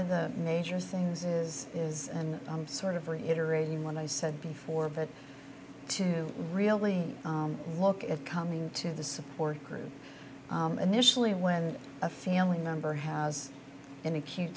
of the major things is is and i'm sort of reiterating what i said before but to really look at coming to the support group initially when a family member has an acute